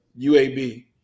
UAB